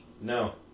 No